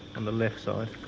and the left side.